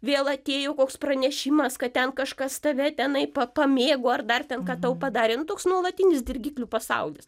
vėl atėjo koks pranešimas kad ten kažkas tave tenai pa pamėgo ar dar ten ką tau padarė nu toks nuolatinis dirgiklių pasaulis